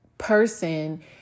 Person